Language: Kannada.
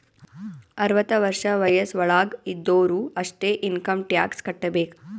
ಅರ್ವತ ವರ್ಷ ವಯಸ್ಸ್ ವಳಾಗ್ ಇದ್ದೊರು ಅಷ್ಟೇ ಇನ್ಕಮ್ ಟ್ಯಾಕ್ಸ್ ಕಟ್ಟಬೇಕ್